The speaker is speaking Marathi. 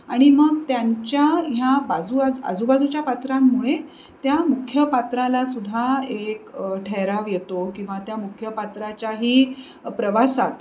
आणि मग त्यांच्या ह्या बाजू आज आजूबाजूच्या पात्रांमुळे त्या मुख्य पात्राला सुद्धा एक ठहराव येतो किंवा त्या मुख्य पात्राच्या ही प्रवासात